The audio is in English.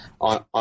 on